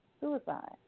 suicide